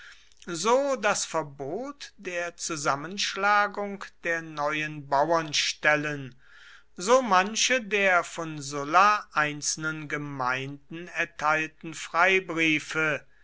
so das verbot der zusammenschlagung der neuen bauernstellen so manche der von sulla einzelnen gemeinden erteilten